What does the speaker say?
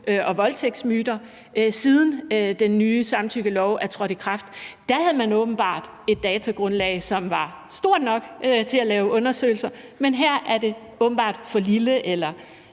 og voldtægtsmyter, siden den nye samtykkelov er trådt i kraft. Der havde man åbenbart et datagrundlag, som var stort nok til at lave undersøgelser, men her er det åbenbart for lille eller